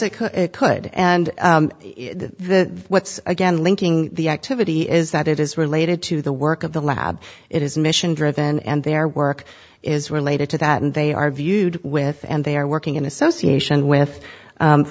yes it could and the what's again linking the activity is that it is related to the work of the lab it is mission driven and there the work is related to that and they are viewed with and they are working in association with